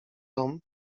dom